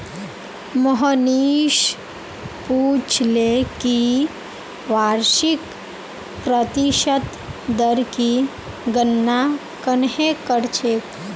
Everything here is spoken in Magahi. मोहनीश पूछले कि वार्षिक प्रतिशत दर की गणना कंहे करछेक